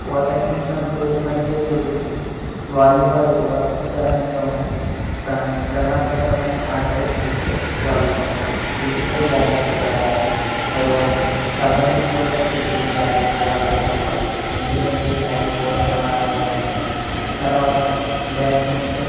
ఓటమి నెగ్గుల మధ్య జరుగుతుంది వాలీబాల్ కూడా ఉత్సాహంగా ఉంటుంది కానీ ప్రమాదకరమైన ఆటలు క్రికెట్ వాలీబాల్ వీటితో జాగ్రత్తగా ఆడాలి తర్వాత కబడ్డీ కూడా కొద్దిగా జాగ్రత్తగా ఆడాల్సిన ఆటే ఎందుకంటే అది కూడా ప్రమాదకరమైనది తర్వాత బ్యాట్మింటన్